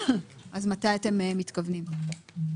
מתי אתם מתכוונים?